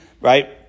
right